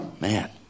man